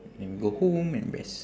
then go home and rest